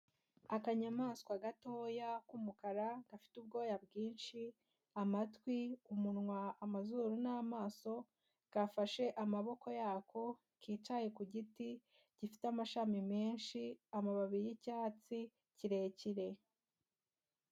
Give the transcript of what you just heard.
Akanyamaswa gatoya k'umukara gafite ubwoya bwinshi, amatwi, umunwa, amazuru n'amaso, gafashe amaboko yako, kicaye ku giti gifite amashami menshi, amababi y'icyatsi kirekire.